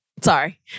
Sorry